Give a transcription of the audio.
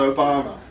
Obama